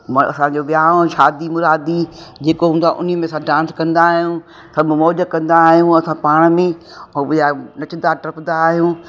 म असांजो विहाउं शादी मुरादी जेको हूंदो आहे उन में सभु डांस कंदा आहियूं सभु मौज कंदा आहियूं असां पाण में ऐं ॿिया नचंदा टपंदा आहियूं